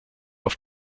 auf